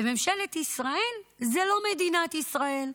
וממשלת ישראל היא לא מדינת ישראל.